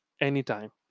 anytime